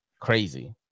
crazy